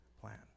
plan